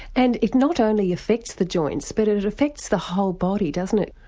and it not only affects the joints but it it affects the whole body doesn't it?